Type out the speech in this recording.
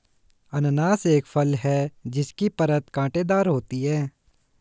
अनन्नास एक फल है जिसकी परत कांटेदार होती है